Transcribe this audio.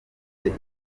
ibiro